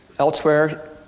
Elsewhere